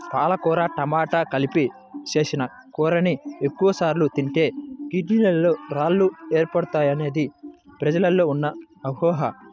పాలకూర టమాట కలిపి చేసిన కూరని ఎక్కువ సార్లు తింటే కిడ్నీలలో రాళ్లు ఏర్పడతాయనేది ప్రజల్లో ఉన్న అపోహ